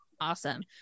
Awesome